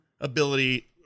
ability